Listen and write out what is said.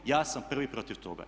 Ja sam prvi protiv toga.